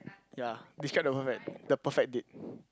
ya describe the perfect the perfect date